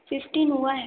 fifteen हुआ है